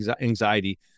anxiety